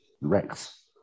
Rex